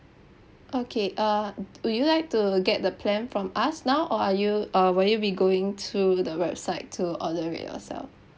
okay uh would you like to get the plan from us now or are you uh will you be going to the website to order it yourself